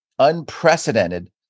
unprecedented